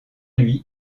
lui